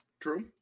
True